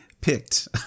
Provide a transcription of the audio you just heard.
picked